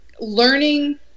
learning